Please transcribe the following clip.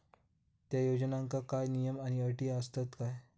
त्या योजनांका काय नियम आणि अटी आसत काय?